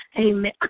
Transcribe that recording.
Amen